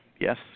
Yes